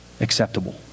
acceptable